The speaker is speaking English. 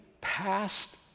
past